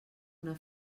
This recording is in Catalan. una